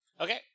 Okay